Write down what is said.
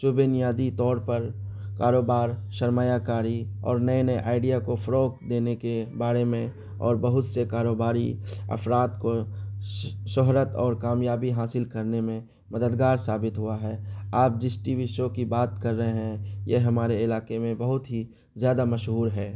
سو بنیادی طور پر کاروبار سرمایہ کاری اور نئے نئے آئیڈیا کو فروغ دینے کے بارے میں اور بہت سے کاروباری افراد کو شہرت اور کامیابی حاصل کرنے میں مددگار ثابت ہوا ہے آپ جس ٹی وی شو کی بات کر رہے ہیں یہ ہمارے علاقے میں بہت ہی زیادہ مشہور ہے